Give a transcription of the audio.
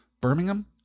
Birmingham